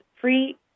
free